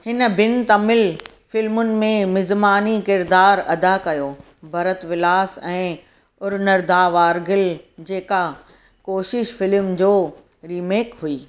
हिन ॿिनि तमिल फ़िल्मुनि में मिज़मानी किरिदारु अदा कयो भरत विलास ऐं उरनर्दावारगिल जेका कोशिश फ़िल्म जो रीमेक हुई